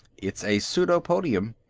it's a pseudopodium.